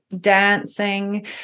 dancing